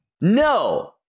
No